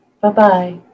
Bye-bye